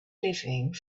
living